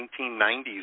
1990s